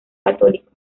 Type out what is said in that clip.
católico